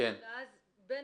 ואז בין